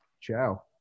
ciao